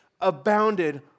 abounded